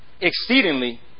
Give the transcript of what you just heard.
exceedingly